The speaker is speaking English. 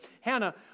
Hannah